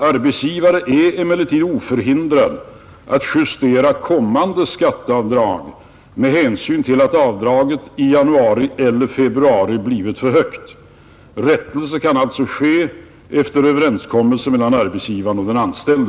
Arbetsgivare är emellertid oförhindrad att justera kommande skatteavdrag med hänsyn till att avdraget i januari eller februari blivit för högt. Rättelse kan alltså ske efter överenskom melse mellan arbetsgivaren och den anställde.